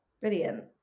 brilliant